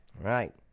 right